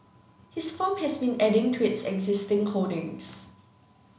his firm has been adding to its existing holdings